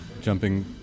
jumping